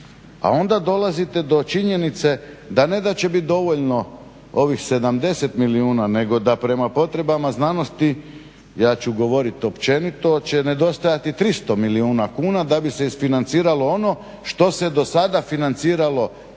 A onda dolazite do činjenice da ne da će biti dovoljno ovih 70 milijuna nego da prema potrebama znanosti, ja ću govoriti općenito, će nedostajati 300 milijuna kuna da bi se isfinanciralo ono što se dosada financiralo i